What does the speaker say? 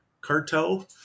cartel